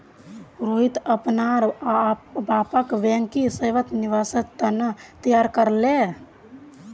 रोहित अपनार बापक बैंकिंग सेवात निवेशेर त न तैयार कर ले